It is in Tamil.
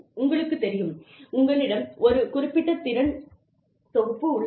உங்களுக்குத் தெரியும் உங்களிடம் ஒரு குறிப்பிட்ட திறன் தொகுப்பு உள்ளது